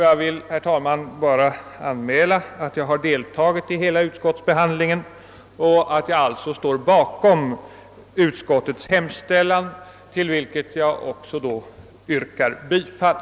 Jag vill bara anmäla att jag har deltagit i hela utskottsbehandlingen av detta ärende och alltså står bakom utskottets hemställan, till vilken jag också yrkar bifall.